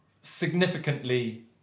significantly